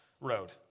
road